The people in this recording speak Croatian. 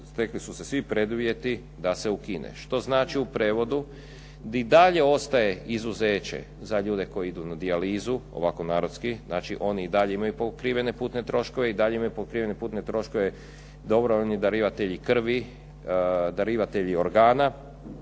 stekli su se svi preduvjeti, da se ukine. Što znači u prijevodu i dalje ostaje izuzeće za ljude koji idu na dijalizu, ovako narodski, znači oni i dalje imaju pokrivene putne troškove. I dalje imaju pokrivene putne troškove dobrovoljni darivatelji krvi, darivatelji organa.